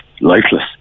lifeless